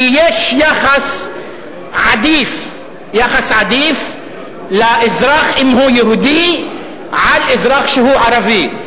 כי יש יחס עדיף לאזרח אם הוא יהודי על אזרח שהוא ערבי.